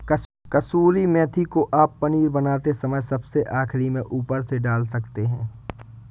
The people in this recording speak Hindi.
कसूरी मेथी को आप पनीर बनाते समय सबसे आखिरी में ऊपर से डाल सकते हैं